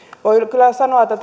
voin kyllä sanoa että